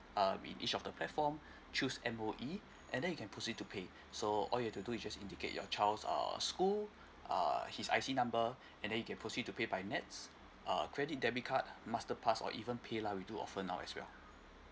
uh with each of the platform choose M_O_E and then you can proceed to pay so all you've to do is just indicate your child's err school uh his I_C number and then you can proceed to pay by nets uh credit debit card master pass or even paylah we do offer now as well